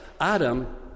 Adam